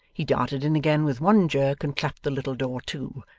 he darted in again with one jerk and clapped the little door to,